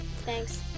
Thanks